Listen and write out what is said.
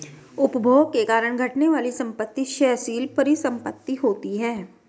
उपभोग के कारण घटने वाली संपत्ति क्षयशील परिसंपत्ति होती हैं